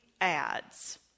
ads